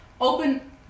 open